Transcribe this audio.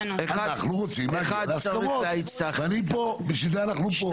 אנחנו רוצים להגיע להסכמות, ובשביל זה אנחנו פה.